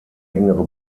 engere